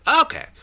okay